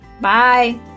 Bye